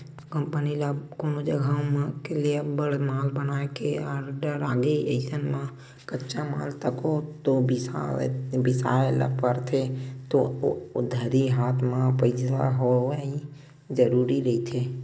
company ल कोनो जघा ले अब्बड़ माल बनाए के आरडर आगे अइसन म कच्चा माल तको तो बिसाय ल परथे ओ घरी हात म पइसा होवई जरुरी रहिथे